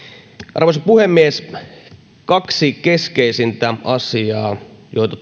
arvoisa puhemies kaksi keskeisintä asiaa joita